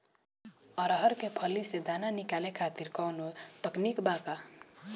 अरहर के फली से दाना निकाले खातिर कवन तकनीक बा का?